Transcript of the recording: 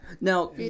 now